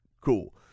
cool